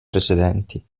precedenti